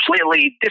completely